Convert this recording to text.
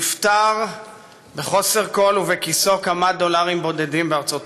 נפטר בחוסר כול ובכיסו כמה דולרים בודדים בארצות-הברית.